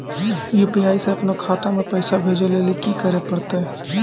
UPI से अपनो खाता मे पैसा भेजै लेली कि करै पड़तै?